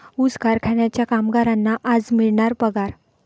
ऊस कारखान्याच्या कामगारांना आज मिळणार पगार